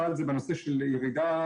אחד, בנושא של ירידה